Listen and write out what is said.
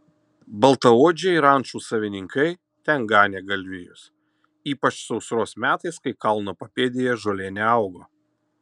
baltaodžiai rančų savininkai ten ganė galvijus ypač sausros metais kai kalno papėdėje žolė neaugo